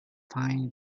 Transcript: find